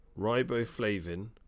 riboflavin